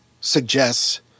suggests